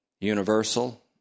universal